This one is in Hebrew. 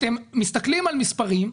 אתם מסתכלים על מספרים.